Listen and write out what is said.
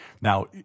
Now